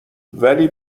ولی